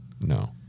no